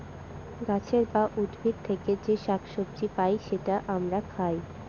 গাছের বা উদ্ভিদ থেকে যে শাক সবজি পাই সেটা আমরা খাই